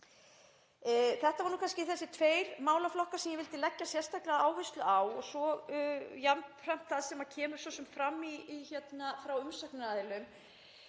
Þetta voru kannski þessir tveir málaflokkar sem ég vildi leggja sérstaka áherslu á og svo jafnframt það sem kemur fram hjá umsagnaraðilum